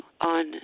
on